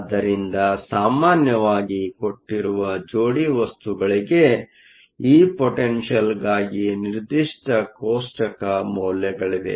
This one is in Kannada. ಆದ್ದರಿಂದ ಸಾಮಾನ್ಯವಾಗಿ ಕೊಟ್ಟಿರುವ ಜೋಡಿ ವಸ್ತುಗಳಿಗೆ ಈ ಪೊಟೆನ್ಷಿಯಲ್ಗಾಗಿ ನಿರ್ಧಿಷ್ಟ ಕೋಷ್ಟಕ ಮೌಲ್ಯಗಳಿವೆ